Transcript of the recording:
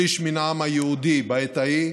שליש מן העם היהודי בעת ההיא.